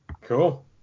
Cool